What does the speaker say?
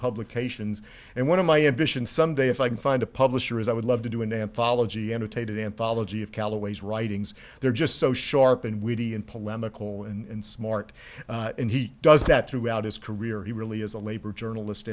publications and one of my ambitions someday if i can find a publisher is i would love to do an anthology annotated anthology of callaways writings they're just so sharp and weedy and polemical and smart and he does that throughout his career he really is a labor journalist